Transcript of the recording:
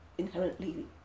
inherently